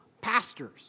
pastors